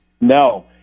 No